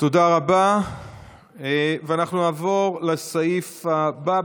אנחנו נעבור לסעיף הבא,